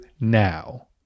now